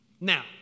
Now